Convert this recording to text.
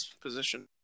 position